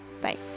Bye